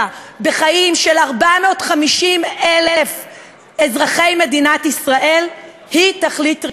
בחיים של 450,000 אזרחי מדינת ישראל היא תכלית ראויה,